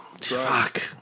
fuck